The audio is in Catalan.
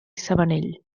sabanell